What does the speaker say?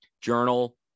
journal